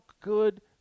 good